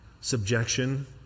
Subjection